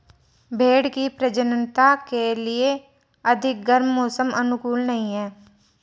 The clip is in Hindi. भेंड़ की प्रजननता के लिए अधिक गर्म मौसम अनुकूल नहीं है